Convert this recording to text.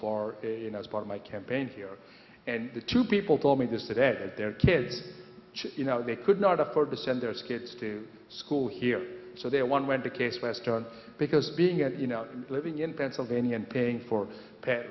far as part of my campaign here and the two people told me this today their kids they could not afford to send their kids to school here so they're one went to case western because being as you know living in pennsylvania and paying for